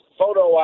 photo